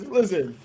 listen